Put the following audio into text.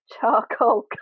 charcoal